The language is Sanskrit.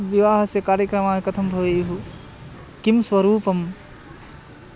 विवाहस्य कार्यक्रमाणि कथं भवेयुः किं स्वरूपं